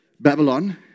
Babylon